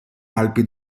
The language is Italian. alpi